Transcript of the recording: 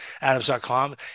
Adams.com